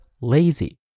lazy